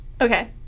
Okay